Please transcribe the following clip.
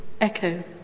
echo